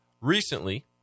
Recently